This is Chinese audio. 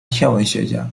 天文学家